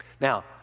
Now